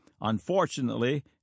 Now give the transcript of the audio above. unfortunately